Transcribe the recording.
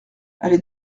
allez